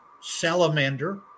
Salamander